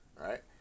right